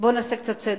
אז בוא נעשה קצת סדר.